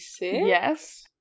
yes